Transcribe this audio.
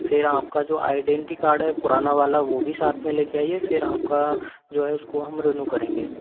फिर आपका जो आइडेंटी कार्ड है पुराना वाला वो भी साथ में लेके आईए फिर आपका जो है उसको हम रिन्यू करेंगे